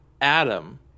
Adam